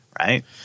right